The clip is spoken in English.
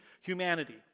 humanity